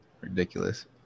ridiculous